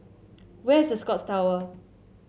where is The Scotts Tower